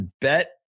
bet